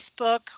Facebook